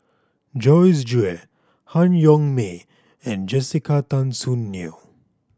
Joyce Jue Han Yong May and Jessica Tan Soon Neo